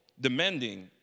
demanding